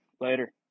Later